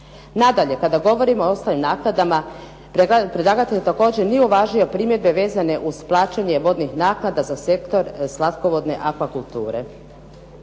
Nadalje, kada govorimo o ostalim naknadama, predlagatelj također nije uvažio primjedbe vezane uz plaćanje vodnih naknada za sektor slatkovodne akvakulture.